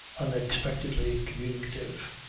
unexpectedly communicative.